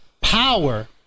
power